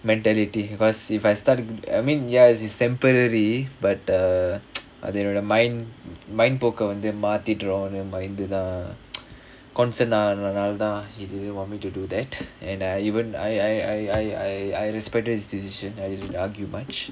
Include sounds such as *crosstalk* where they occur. mentality because if I start I mean ya it's temporary but err *noise* அது என்னோட:athu ennoda mind mind போக்க வந்து மாத்திடுரோனு பயந்துதா:pokka vanthu maatthiduronu bayanthuthaa concerned ஆனனால தான்:aananaala thaan he didn't want me to do that and I even I I I I I I respected his decision I didn't argue much